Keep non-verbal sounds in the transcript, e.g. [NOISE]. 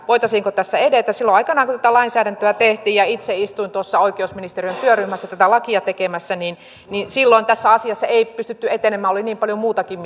voitaisiinko tässä edetä aikanaan kun tätä lainsäädäntöä tehtiin ja itse istuin tuossa oikeusministeriön työryhmässä tätä lakia tekemässä silloin tässä asiassa ei pystytty etenemään oli niin paljon muutakin [UNINTELLIGIBLE]